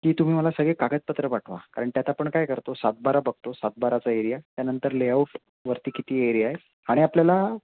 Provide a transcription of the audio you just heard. की तुम्ही मला सगळे कागदपत्र पाठवा कारण त्यात आपण काय करतो सातबारा बघतो सातबाराचा एरिया त्यानंतर लेआउट वरती किती एरिया आहे आणि आपल्याला